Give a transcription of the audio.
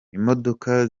imodoka